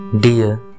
dear